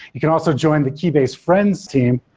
you can also join the keybase friends team,